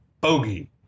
bogey